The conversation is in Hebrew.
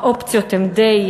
האופציות הן די,